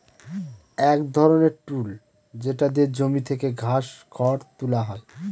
এক ধরনের টুল যেটা দিয়ে জমি থেকে ঘাস, খড় তুলা হয়